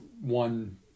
one